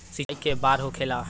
सिंचाई के बार होखेला?